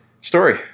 story